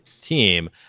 team